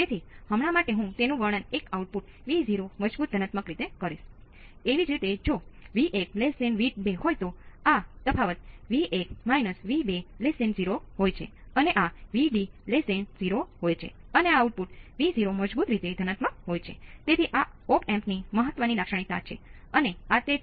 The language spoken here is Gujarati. હવે આમાં શું ખાસ છે